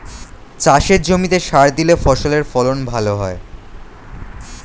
চাষের জমিতে সার দিলে ফসলের ফলন ভালো হয়